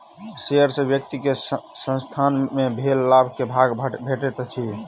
share सॅ व्यक्ति के संसथान मे भेल लाभ के भाग भेटैत अछि